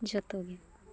ᱡᱚᱛᱚ ᱜᱮ